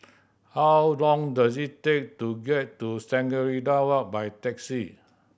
how long does it take to get to Shangri La Walk by taxi